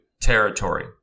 territory